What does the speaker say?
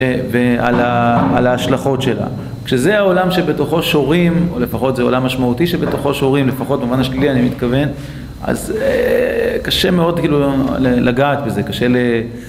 ועל ההשלכות שלה. כשזה העולם שבתוכו שורים, או לפחות זה עולם משמעותי שבתוכו שורים, לפחות במובן השלילי אני מתכוון, אז קשה מאוד כאילו לגעת בזה קשה ל...